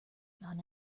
mount